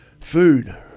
Food